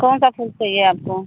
कौन सा फूल चाहिए आपको